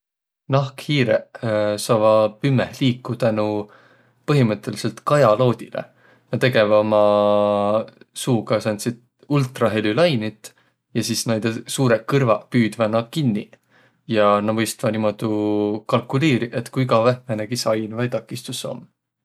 Nahkhiireq saavaq pümmeh liikuq tänu põhimõttõlisõlt kajaloodilõ. Nä tegeväq uma suuga sääntsit ultrahelülainit ja sis näide suurõq kõrvaq püüdväq naaq kinniq. Ja nä mõistvaq niimoodu kalkuliiriq, et ku kavvõh määnegi sain vai takistus om.